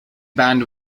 band